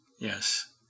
Yes